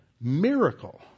miracle